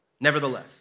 Nevertheless